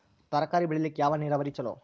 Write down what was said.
ತರಕಾರಿ ಬೆಳಿಲಿಕ್ಕ ಯಾವ ನೇರಾವರಿ ಛಲೋ?